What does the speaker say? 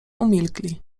umilkli